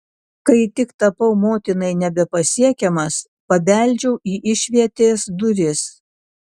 kai tik tapau motinai nebepasiekiamas pabeldžiau į išvietės duris